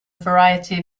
variety